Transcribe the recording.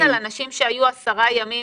דיברת על אנשים שהיו 10 ימים,